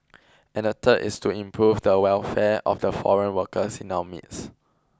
and the third is to improve the welfare of the foreign workers in our midst